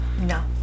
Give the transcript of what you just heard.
No